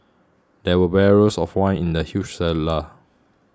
there were barrels of wine in the huge cellar